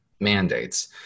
mandates